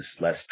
less